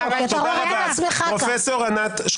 אתם פותחים פה סריות של